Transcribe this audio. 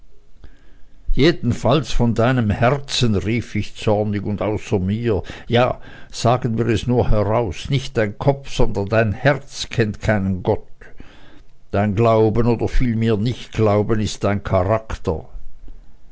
jedenfalls von deinem herzen rief ich zornig und außer mir ja sagen wir es nur heraus nicht dein kopf sondern dein herz kennt keinen gott dein glauben oder vielmehr nichtglauben ist dein charakter